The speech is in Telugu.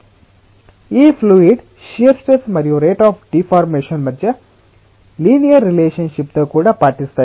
మరియు ఈ ఫ్లూయిడ్ షియర్ స్ట్రెస్ మరియు రేట్ అఫ్ డిఫార్మెషన్ మధ్య లినియర్ రిలేషన్షిప్ తో కూడా పాటిస్తాయి